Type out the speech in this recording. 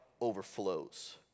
overflows